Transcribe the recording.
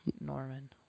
Norman